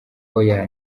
oya